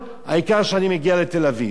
העיקר שאני מגיע לתל-אביב.